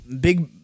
big